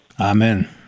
Amen